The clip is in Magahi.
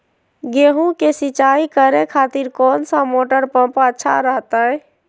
गेहूं के सिंचाई करे खातिर कौन सा मोटर पंप अच्छा रहतय?